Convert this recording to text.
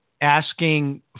asking